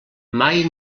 mai